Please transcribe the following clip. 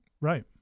Right